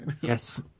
Yes